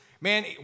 man